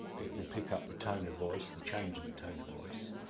it will pick up the tone of voice, the change in the tone of voice.